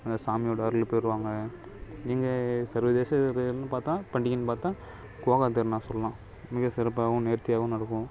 சாமியோடய அருள் பெறுவாங்க நீங்கள் சர்வதேச பார்த்தா பண்டிகைனு பார்த்தா கோவாக திருநாள் சொல்லலாம் மிகச்சிறப்பாகவும் நேர்த்தியாகவும் நடக்கும்